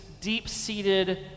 deep-seated